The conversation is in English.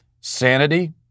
sanity